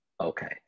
Okay